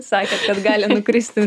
sakėt kad gali nukristi